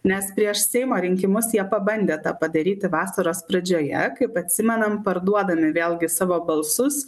nes prieš seimo rinkimus jie pabandė tą padaryti vasaros pradžioje kaip atsimenam parduodami vėlgi savo balsus